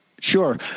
Sure